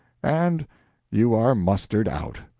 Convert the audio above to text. and you are mustered out.